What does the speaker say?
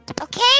okay